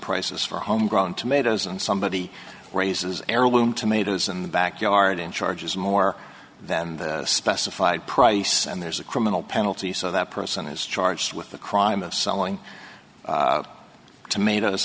prices for home grown tomatoes and somebody raises heirloom tomatoes in the backyard and charges more than the specified price and there's a criminal penalty so that person is charged with the crime of selling tomatoes